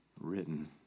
written